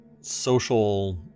social